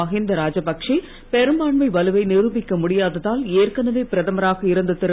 மகிந்தே ராஜபக்சே பெரும்பான்மை வலுவை நிருபிக்க முடியாததால் ஏற்கனவே பிரதமராக இருந்த திரு